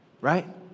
right